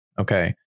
Okay